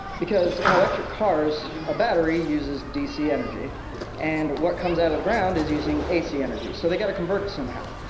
because in electric cars, a battery uses dc energy and what comes out of the ground is using ac energy, so they got to convert it somehow.